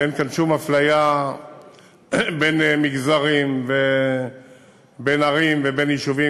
ואין כאן שום אפליה בין מגזרים ובין ערים ובין יישובים,